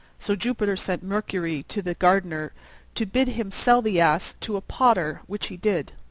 so jupiter sent mercury to the gardener to bid him sell the ass to a potter, which he did.